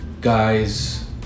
guys